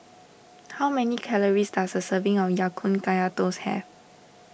how many calories does a serving of Ya Kun Kaya Toast have